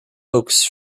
oaks